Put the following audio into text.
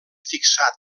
fixat